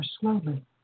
slowly